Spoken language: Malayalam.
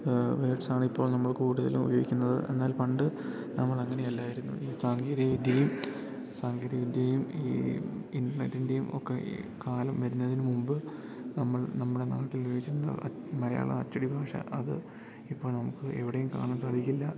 വേഡ്സ് ആണ് ഇപ്പോൾ നമ്മൾ കൂടുതലും ഉപയോഗിക്കുന്നത് എന്നാൽ പണ്ട് നമ്മൾ അങ്ങനെയല്ലായിരുന്നു ഈ സാങ്കേതികവിദ്യയും സാങ്കേതികവിദ്യയും ഈ ഇൻ്റർനെറ്റിൻ്റെയുമൊക്കെ ഈ കാലം വരുന്നതിനുമുമ്പ് നമ്മൾ നമ്മുടെ നാട്ടിലുപയോഗിച്ചിരുന്ന മലയാളം അച്ചടിഭാഷ അത് ഇപ്പോൾ നമുക്ക് എവിടെയും കാണാൻ സാധിക്കില്ല